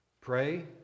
Pray